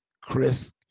Chris